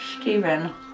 Steven